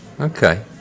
Okay